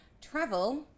travel